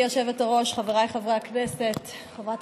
גברתי היושבת-ראש, חבריי חברי הכנסת, חברת